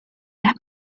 las